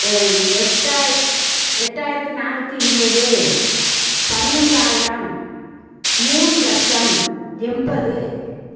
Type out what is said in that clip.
எண் எட்டாய எட்டாயிரத்தி நானூற்றி இருபது பதினஞ்சாயிரம் மூணு லட்சம் எண்பது